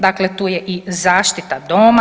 Dakle, tu je i zaštita doma.